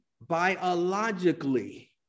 Biologically